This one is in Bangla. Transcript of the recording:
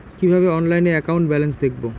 কিভাবে অনলাইনে একাউন্ট ব্যালেন্স দেখবো?